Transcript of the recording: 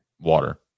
Water